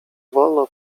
wolno